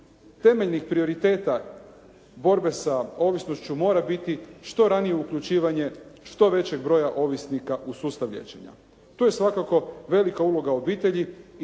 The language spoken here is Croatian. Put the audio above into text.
temeljnih prioriteta borbe sa ovisnošću mora biti što ranije uključivanje što većeg broja ovisnika u sustav liječenja. To je svakako velika uloga obitelji